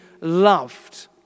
loved